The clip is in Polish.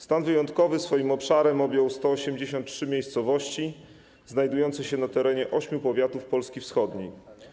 Stan wyjątkowy swoim obszarem objął 183 miejscowości znajdujące się na terenie ośmiu powiatów Polski Wschodniej.